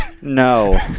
No